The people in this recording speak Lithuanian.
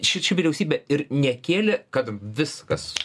šičia vyriausybė ir nekėlė kad viskas